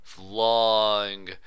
long